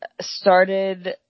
started